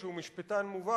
שהוא משפטן מובהק,